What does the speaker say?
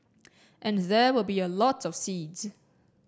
and there will be a lot of seeds